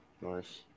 nice